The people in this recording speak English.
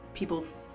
People's